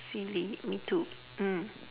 silly me too mm